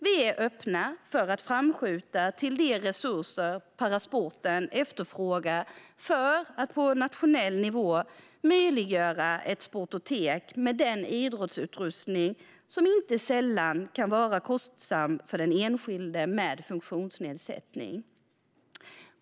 Vi är öppna för att skjuta till de resurser parasporten efterfrågar för att på nationell nivå göra det möjligt att inrätta ett sportotek med den idrottsutrustning som inte sällan kan vara kostsam för den enskilde med funktionsnedsättning.